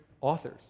authors